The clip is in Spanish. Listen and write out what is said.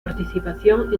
participación